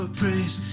praise